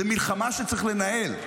זאת מלחמה שצריך לנהל.